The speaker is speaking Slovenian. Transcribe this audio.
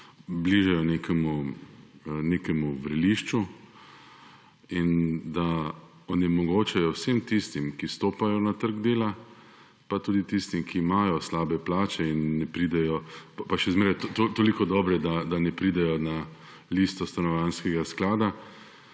bližajo nekemu vrelišču in da vsem tistim, ki stopajo na trg dela, in tudi tistim, ki imajo slabe plače, pa še zmeraj toliko dobre, da ne pridejo na listo stanovanjskega sklada,